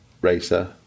racer